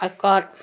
अकर